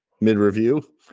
mid-review